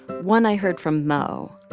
one i heard from mo,